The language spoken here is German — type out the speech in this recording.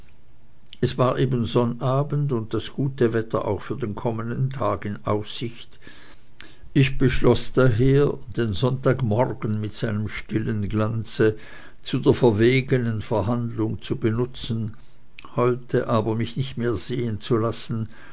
es war eben sonnabend und das gute wetter auch für den kommenden tag in aussicht ich beschloß daher den sonntagmorgen mit seinem stillen glanze zu der verwegenen verhandlung zu benutzen heut aber mich nicht mehr sehen zu lassen